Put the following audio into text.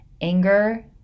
anger